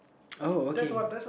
oh okay